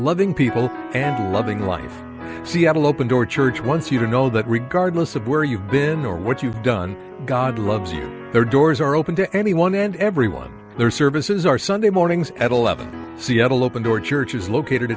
loving people and loving one seattle open door church once you don't know that regardless of where you've been or what you've done god loves you there doors are open to anyone and everyone their services are sunday mornings at eleven seattle open door church is located